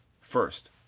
first